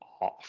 off